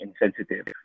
insensitive